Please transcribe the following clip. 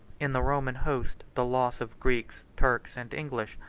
in the roman host, the loss of greeks, turks, and english,